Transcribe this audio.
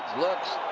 looks,